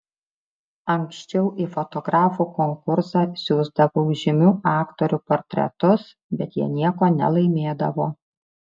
anksčiau į fotografų konkursą siųsdavau žymių aktorių portretus bet jie nieko nelaimėdavo